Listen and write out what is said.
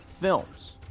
films